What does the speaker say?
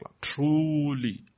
Truly